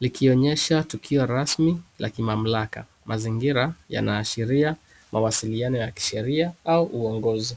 likionyesha tukio rasmi la kimamlaka. Mazingira yana ashiria mawasiliano ya kisheria au uongozi.